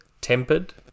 tempered